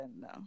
No